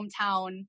hometown